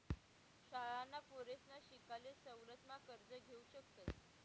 शाळांना पोरसना शिकाले सवलत मा कर्ज घेवू शकतस